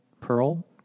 Pearl